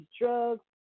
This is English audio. drugs